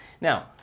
Now